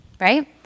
right